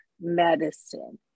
medicine